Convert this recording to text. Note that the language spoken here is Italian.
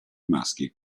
maschi